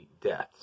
deaths